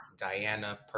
diana